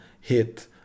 hit